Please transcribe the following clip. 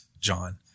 John